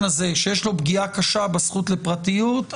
הזה שיש לו פגיעה קשה בזכות לפרטיות,